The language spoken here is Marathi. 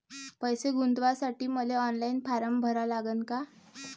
पैसे गुंतवासाठी मले ऑनलाईन फारम भरा लागन का?